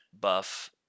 buff